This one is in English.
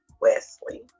Wesley